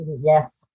Yes